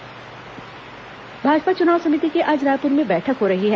भाजपा बैठक भाजपा चुनाव समिति की आज रायपुर में बैठक हो रही है